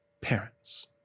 parents